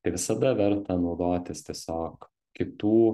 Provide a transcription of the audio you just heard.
tai visada verta naudotis tiesiog kitų